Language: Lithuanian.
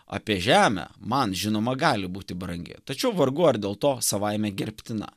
apie žemę man žinoma gali būti brangi tačiau vargu ar dėl to savaime gerbtina